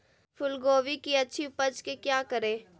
फूलगोभी की अच्छी उपज के क्या करे?